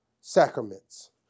Sacraments